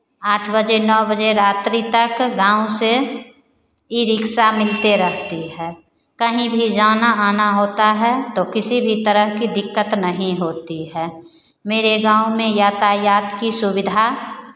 आठ बजे नौ बजे रात्रि तक गाँव से ई रिक्सा मिलते रहती है कहीं भी जाना आना होता है तो किसी भी तरह की दिक्कत नहीं होती है मेरे गाँव में यातायात की सुविधा